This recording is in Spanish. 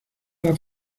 las